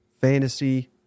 fantasy